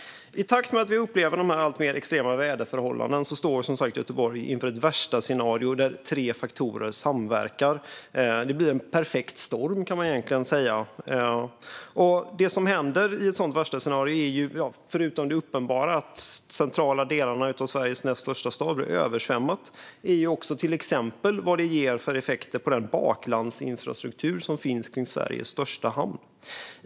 I takt med att vi upplever alltmer extrema väderförhållanden står Göteborg inför ett värstascenario där tre faktorer samverkar. Man kan egentligen säga att det blir en perfekt storm. Det som händer i ett sådant värstascenario, förutom det uppenbara i att de centrala delarna av Sveriges näst största stad blir översvämmade, är till exempel vad det ger för effekter på den baklandsinfrastruktur som finns kring Sveriges största hamn.